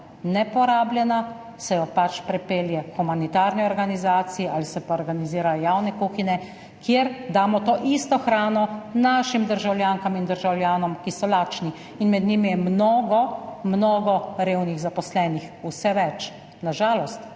neporabljena, se jo pač pripelje k humanitarni organizaciji ali se pa organizirajo javne kuhinje, kjer damo to isto hrano našim državljankam in državljanom, ki so lačni. Med njimi je mnogo, mnogo revnih zaposlenih, vse več, na žalost.